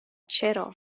چرا